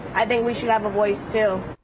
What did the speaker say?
i think we should have a voice, too.